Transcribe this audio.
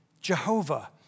Jehovah